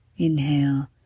Inhale